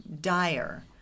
dire